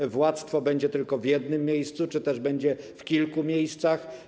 Czy władztwo będzie tylko w jednym miejscu, czy też będzie w kilku miejscach?